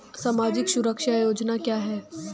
सामाजिक सुरक्षा योजना क्या है?